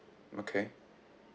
okay